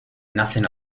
nacen